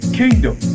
kingdom